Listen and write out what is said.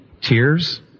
tears